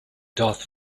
darth